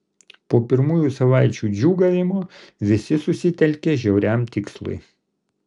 po pirmųjų savaičių džiūgavimo visi susitelkė žiauriam tikslui